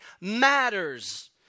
matters